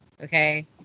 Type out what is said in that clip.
okay